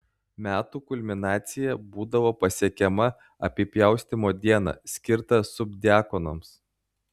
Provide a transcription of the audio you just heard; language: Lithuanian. metų kulminacija būdavo pasiekiama apipjaustymo dieną skirtą subdiakonams